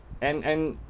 and and